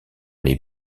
les